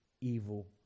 evil